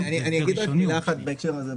אני אגיד רק מילה אחת בהקשר הזה.